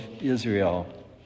Israel